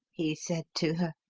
he said to her,